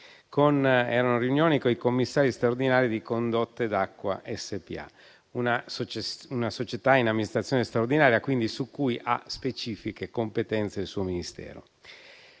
erano riunioni con i commissari straordinari di Condotte d'Acqua SpA, una società in amministrazione straordinaria su cui ha specifiche competenze il suo Ministero.